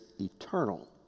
eternal